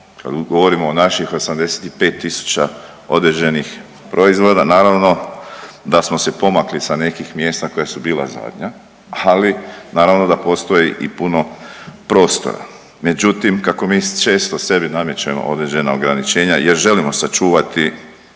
Kad govorimo o naših 85.000 određenih proizvoda naravno da smo se pomakli sa nekih mjesta koja su bila zadnja, ali naravno da postoji i puno prostora. Međutim, kako mi često sebi namećemo određena ograničenja jer želimo sačuvati